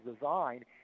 Design